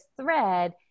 thread